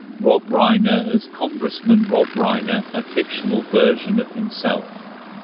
rob reiner as congressman rob reiner, a fictional version of himself.